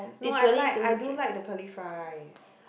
no I like I do like the curly fries